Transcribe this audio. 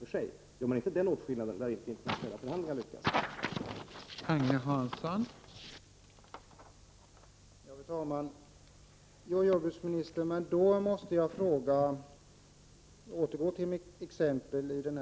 Om man inte gör den åtskillnaden lär internationella förhandlingar inte kunna lyckas.